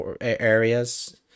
areas